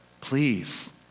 Please